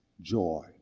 Joy